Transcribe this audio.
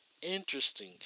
Interesting